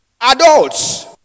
adults